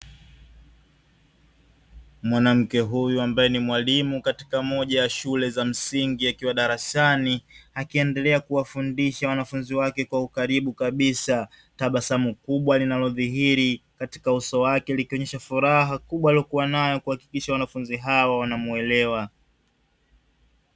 Mwanamke huyu ambaye ni mwalimu katika moja ya shule za msingi akiwa darasani, akiendelea kuwafundisha wanafunzi wake kwa ukaribu kabisa, tabasamu kubwa linalodhihiri katika uso wake likionesha furaha kubwa aliyokuwa nayo kuhakikisha wanafunzi hao wanamuelewa.